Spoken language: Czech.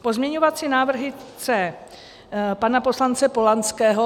Pozměňovací návrhy C pana poslance Polanského.